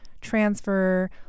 transfer